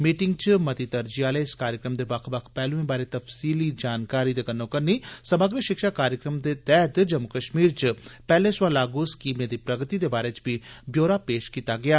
meeting च मती तरजीह आले इस कार्यकम दे बक्ख बक्ख पैहल्एं बारै तफसीली जानकारी दे कन्नो कन्नी समग्र शिक्षा कार्यक्रम दे तैहत जम्मू कश्मीर च पैहले सवां लागू स्कीमें दी प्रगति दे बारै च बी ब्योरा पेश कीता गेया